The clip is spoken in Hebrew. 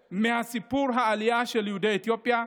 כל תמיכה או סיוע ייעודי כלשהו לחוזרים